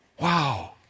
Wow